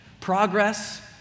progress